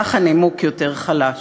כך הנימוק יותר חלש.